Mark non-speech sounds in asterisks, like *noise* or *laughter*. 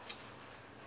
*noise*